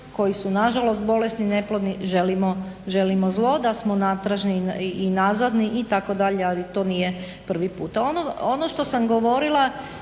koji su nažalost bolesni neplodni želimo zlo da smo natražni i nazadni itd. ali to nije prvi puta. Ono što sam govorila